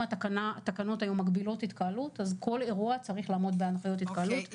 אם התקנות היו מגבילות התקהלות אז כל אירוע צריך לעמוד בהנחיות התקהלות.